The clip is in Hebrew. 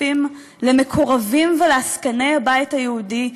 הכספים למקורבים ולעסקני הבית היהודי,